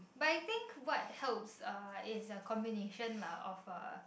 but I think what helps uh is a combination of a